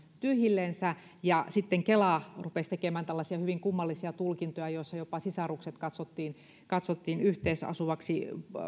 tyhjillensä ja sitten kela rupesi tekemään hyvin kummallisia tulkintoja joissa jopa sisarukset katsottiin katsottiin yhteisasuvaksi